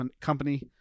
Company